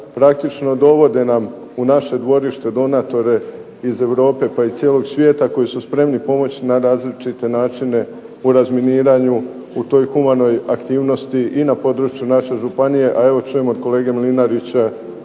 praktično dovode nam u naše dvorište donatore iz Europe pa i cijelog svijeta koji su spremni pomoći na različite načine u razminiranju u toj humanoj aktivnosti i na području naše županije, a evo čujem od kolege Mlinarića